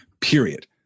period